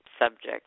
subject